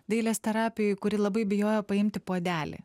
dailės terapijoj kuri labai bijojo paimti puodelį